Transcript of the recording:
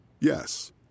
Yes